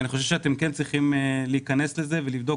אני חושב שאתם צריכים להיכנס לזה ולבדוק